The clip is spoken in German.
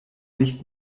nicht